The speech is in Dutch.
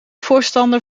voorstander